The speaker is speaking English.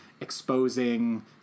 exposing